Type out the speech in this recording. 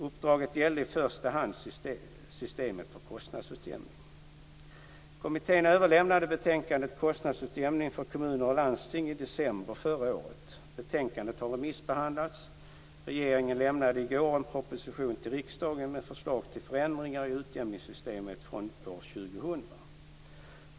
Uppdraget gällde i första hand systemet för kostnadsutjämning. 1998:151) i december förra året. Betänkandet har remissbehandlats. Regeringen lämnade i går en proposition till riksdagen med förslag till förändringar i utjämningssystemet från år 2000.